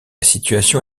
situation